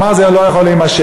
הוא אמר: זה לא יכול להימשך.